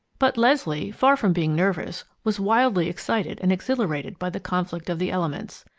but leslie, far from being nervous, was wildly excited and exhilarated by the conflict of the elements.